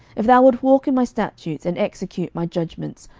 if thou wilt walk in my statutes, and execute my judgments,